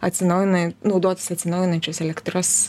atsinaujina naudotis atsinaujinančiais elektros